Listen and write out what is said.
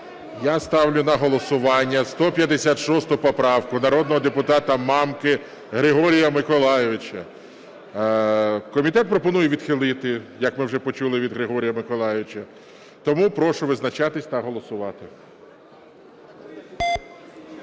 Я ставлю на голосування 156 поправку народного депутата Мамки Григорія Миколайовича. Комітет пропонує відхилити, як ми вже почули від Григорія Миколайовича. Тому прошу визначатись та голосувати.